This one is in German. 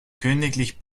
königlich